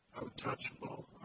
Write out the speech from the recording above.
untouchable